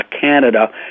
Canada